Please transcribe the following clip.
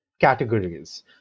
categories